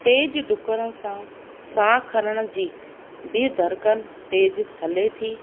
तेज़ु डुकण सां साह खणण जी बि धड़कनि तेज़ु हले थी